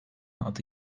adı